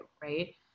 right